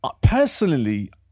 personally